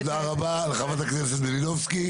תודה רבה לחברת הכנסת מלינובסקי.